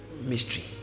mystery